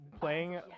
playing